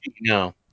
No